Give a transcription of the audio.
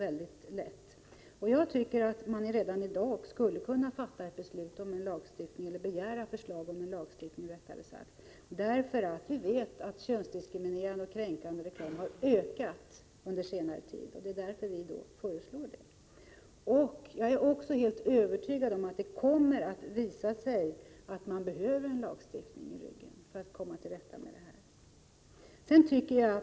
Enligt min mening skulle man redan i dag kunna fatta ett beslut om att begära förslag om en lagstiftning, eftersom vi vet att könsdiskriminerande och kränkande reklam har ökat i omfattning under senare tid. Därför föreslår vi en lagstiftning. Jag är helt övertygad om att det kommer att visa sig att man behöver en lagstiftning som stöd för att komma till rätta med problemet.